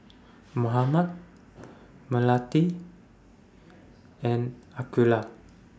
Muhammad Melati and Aqeelah